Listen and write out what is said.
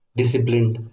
disciplined